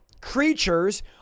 creatures